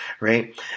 right